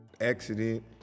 accident